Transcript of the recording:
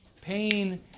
pain